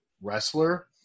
wrestler